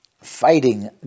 fighting